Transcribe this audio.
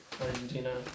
Argentina